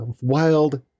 wild